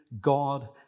God